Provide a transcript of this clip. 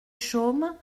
chaumes